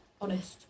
honest